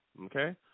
okay